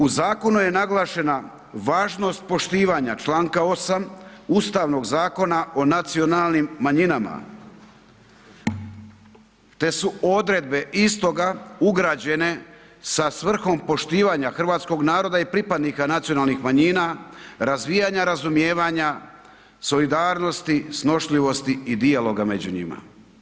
U zakonu je naglašena važnost poštivanja članka 8. Ustavnog zakona o nacionalnim manjinama te su odredbe istoga ugrađene sa svrhom poštivanja hrvatskog naroda i pripadnika nacionalnih manjina, razvijanja razumijevanja, solidarnosti, snošljivosti i dijaloga među njima.